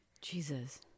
Jesus